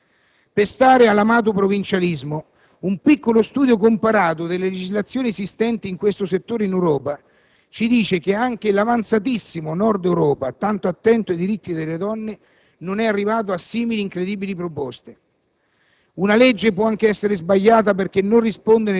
Su questi argomenti non si può scherzare. Per stare all'amato provincialismo, un piccolo studio comparato delle legislazioni esistenti in questo settore in Europa ci dice che anche l'avanzatissimo Nord-Europa, tanto attento ai diritti delle donne, non è arrivato a simili incredibili proposte.